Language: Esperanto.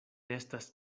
estas